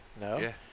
No